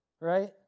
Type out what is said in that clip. Right